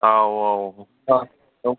औ औ